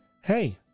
Hey